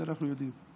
את זה אנחנו יודעים.